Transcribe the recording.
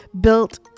built